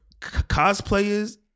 cosplayers